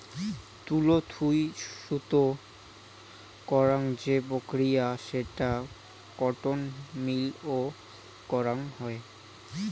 তুলো থুই সুতো করাং যে প্রক্রিয়া সেটা কটন মিল এ করাং হই